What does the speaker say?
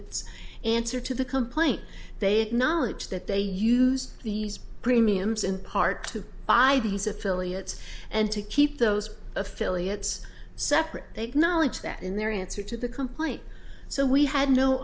its answer to the complaint they acknowledge that they used these premiums in part to buy these affiliates and to keep those affiliates separate knowledge that in their answer to the complaint so we had no